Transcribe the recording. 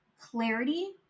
clarity